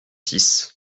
six